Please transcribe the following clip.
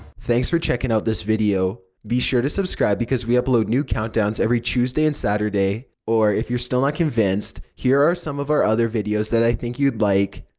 thanks for checking out this video. be sure to subscribe because we upload new countdowns every tuesday and saturday. or if you're still not convinced, here are some of our other videos that i think you'd like.